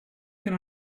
can